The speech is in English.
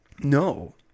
No